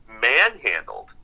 manhandled